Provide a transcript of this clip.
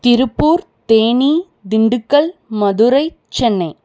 Tiruppur Theni Dindigul Madurai Chennai